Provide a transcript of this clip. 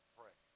pray